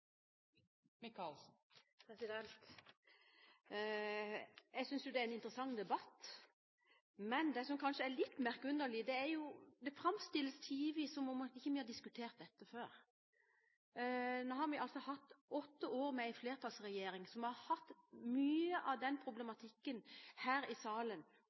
en interessant debatt. Men det som kanskje er litt underlig, er at det tidvis framstilles som at vi ikke har diskutert dette før. Vi hadde altså i åtte år en flertallsregjering som tok opp mye av denne problematikken i salen